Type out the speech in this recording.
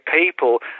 people